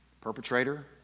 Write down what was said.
perpetrator